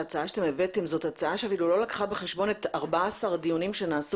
ההצעה שאתם הבאתם לא לקחה בחשבון את 14 הדיונים שנערכו